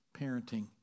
parenting